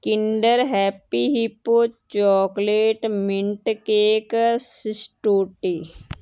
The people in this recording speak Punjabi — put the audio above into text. Kinder Happy Hippo chocolate mint cake ਸਿਸਟੋਟੀ